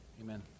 Amen